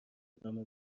ادامه